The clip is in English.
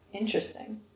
Interesting